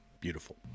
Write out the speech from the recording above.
beautiful